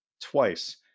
twice